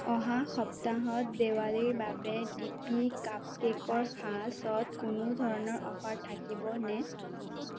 অহা সপ্তাহত দেৱালীৰ বাবে ডিপি কাপ কেকৰ সাঁচত কোনো ধৰণৰ অফাৰ থাকিবনে